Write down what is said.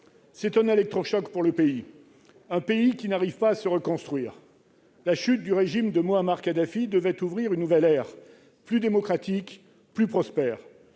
C'est un électrochoc pour le pays, qui ne parvient pas à se reconstruire. La chute du régime de Mouammar Kadhafi devait ouvrir une nouvelle ère, plus démocratique et plus prospère.